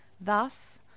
thus